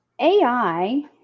AI